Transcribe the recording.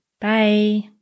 Bye